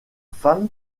femme